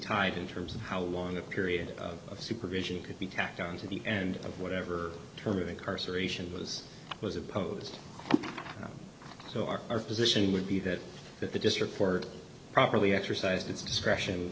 tied in terms of how long a period of supervision could be tacked on to the end of whatever term of incarceration was was opposed so our position would be that that the district court properly exercised its discretion